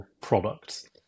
products